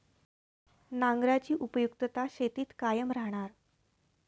नांगराची उपयुक्तता शेतीत कायम राहणार